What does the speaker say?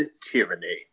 tyranny